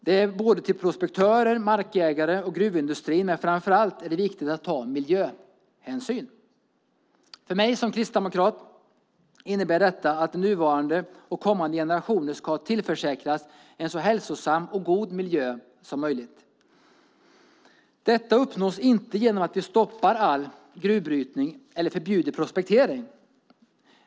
Det är både prospektörer, markägare och gruvindustrin, men framför allt är det viktigt att ta miljöhänsyn. För mig som kristdemokrat innebär detta att nuvarande och kommande generationer ska tillförsäkras en så hälsosam och god miljö som möjligt. Detta uppnås inte genom att vi stoppar all gruvbrytning eller förbjuder prospektering.